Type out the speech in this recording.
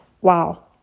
Wow